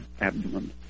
abdomen